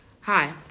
Hi